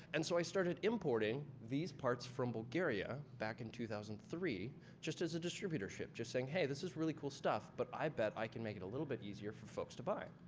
and so, i started importing these parts from bulgaria back in two thousand and three just as a distributorship. just saying, hey, this is really cool stuff, but i bet i can make it a little bit easier for folks to buy.